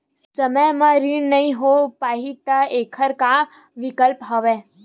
समय म ऋण नइ हो पाहि त एखर का विकल्प हवय?